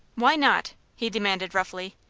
why not? he demanded, roughly.